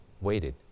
Waited